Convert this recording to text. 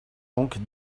donc